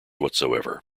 whatsoever